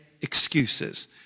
excuses